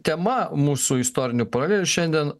tema mūsų istorinių paralelių šiandien ar europai gresia dar vienas